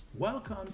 Welcome